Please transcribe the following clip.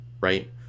right